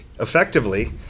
effectively